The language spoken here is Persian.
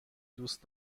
دوست